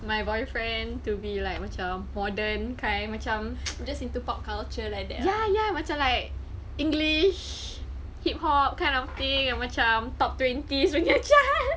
my boyfriend to be like macam modern kind macam just into pop culture like that ya ya what's your like english hip hop kind of thing and we're charm top twenties we get